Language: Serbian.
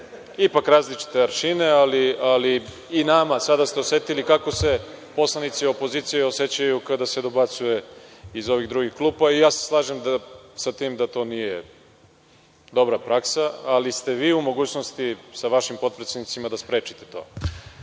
ipak različite aršine, ali sada ste osetili kako se poslanici opozicije osećaju kada se dobacuje iz ovih drugih klupa. Slažem se da to nije dobra praksa, ali ste vi u mogućnosti sa vašim potpredsednicima da sprečite to. Još